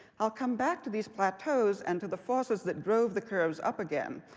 i'll come back to these plateaus and to the forces that drove the curves up again.